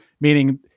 meaning